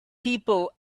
people